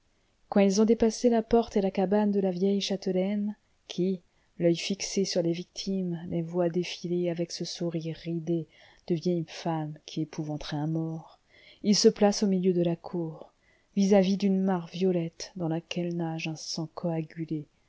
quand ils ont dépassé la porte et la cabane de la vieille châtelaine qui l'oeil fixé sur les victimes les voit défiler avec ce sourire ridé de vieille femme qui épouvanterait un mort ils se placent au milieu de la cour vis-à-vis d'une mare violette dans laquelle nage un sang coagulé